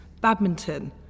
badminton